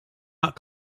not